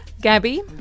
Gabby